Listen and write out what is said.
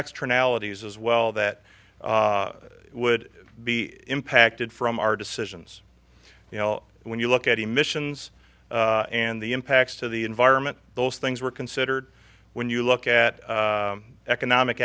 extra maladies as well that would be impacted from our decisions you know when you look at emissions and the impacts to the environment those things were considered when you look at economic